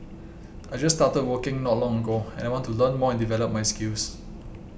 I just started working not long ago and I want to learn more and develop my skills